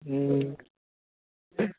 હં